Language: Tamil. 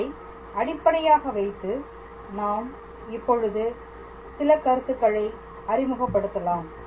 இதை அடிப்படையாக வைத்து நாம் இப்பொழுது சில கருத்துக்களை அறிமுகப்படுத்தலாம்